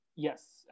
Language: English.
Yes